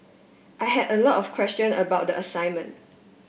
I had a lot of question about the assignment